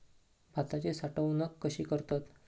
भाताची साठवूनक कशी करतत?